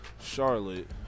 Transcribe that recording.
Charlotte